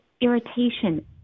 irritation